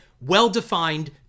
Well-defined